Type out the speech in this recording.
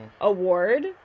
Award